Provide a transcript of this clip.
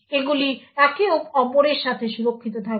এগুলি একে অপরের থেকে সুরক্ষিত থাকবে